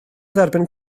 dderbyn